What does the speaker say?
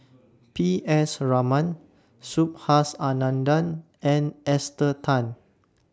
P S Raman Subhas Anandan and Esther Tan